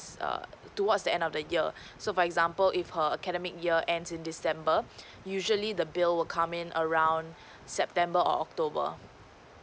err towards the end of the year so for example if her academic year ends in december usually the bill will come in around september or october